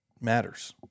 matters